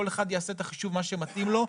כל אחד יעשה את החישוב שמתאים לו,